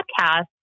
podcast